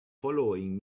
following